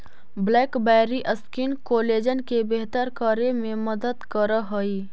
blackberry skin collagen के बेहतर करे में मदद करऽ हई